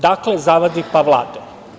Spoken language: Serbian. Dakle, zavadi pa vladaj.